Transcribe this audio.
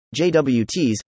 JWTs